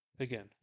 Again